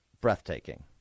breathtaking